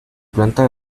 planta